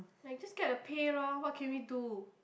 like just get a pay lor what can we do